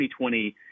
2020